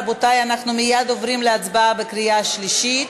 רבותי, אנחנו מייד עוברים להצבעה בקריאה שלישית.